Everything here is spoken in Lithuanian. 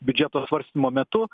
biudžeto svarstymo metu